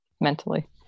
mentally